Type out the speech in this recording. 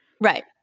Right